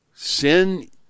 Sin